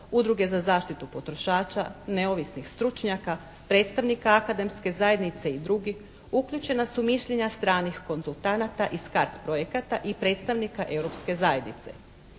Udruge za zaštitu potrošača, neovisnih stručnjaka, predstavnika akademske zajednice i drugih, uključena su mišljenja stranih konzultanata iz CARDS projekata i predstavnika Europske zajednice.